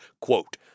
quote